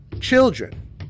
Children